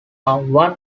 one